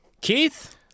Keith